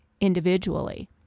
individually